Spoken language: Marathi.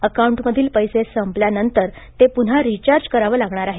अकाउंटमधील पैसे संपल्यानंतर ते पुन्हा रिचार्ज करावं लागणार आहे